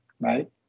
right